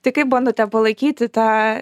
tai kaip bandote palaikyti tą